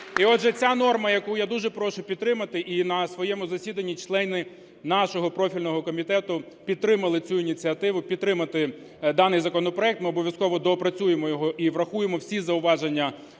ця норма, яку я дуже прошу підтримати, і на своєму засіданні члени нашого профільного комітету підтримали цю ініціативу, підтримати даний законопроект. Ми обов'язково доопрацюємо його і врахуємо всі зауваження